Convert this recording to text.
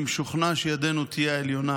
אני משוכנע שידינו תהיה על העליונה,